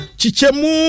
chichemu